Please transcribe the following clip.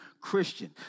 Christian